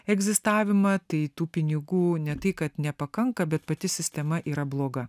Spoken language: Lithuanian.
egzistavimą tai tų pinigų ne tai kad nepakanka bet pati sistema yra bloga